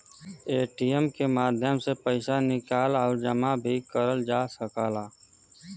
ATM के माध्यम से पइसा निकाल आउर जमा भी करल जा सकला